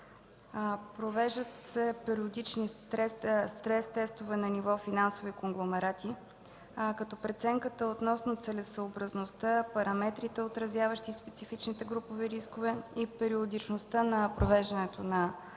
Провеждат се периодични стрес тестове на ниво финансови конгломерати, като преценката относно целесъобразността, параметрите, отразяващи специфичните групови рискове и периодичността на провеждането на